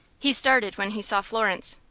he started when he saw florence.